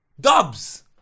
Dubs